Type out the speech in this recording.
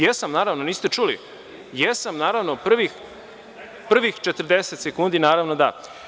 Jesam, naravno, niste čuli, jesam, naravno, prvih 40 sekundi, naravno, da.